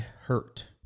hurt